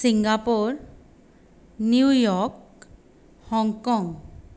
Singapore New York Hong Kong